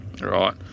right